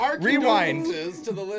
Rewind